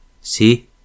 See